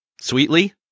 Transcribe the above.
sweetly